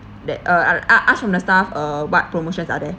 that uh ask ask from the staff uh what promotions are there